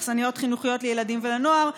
אכסניות חינוכיות לילדים ולנוער,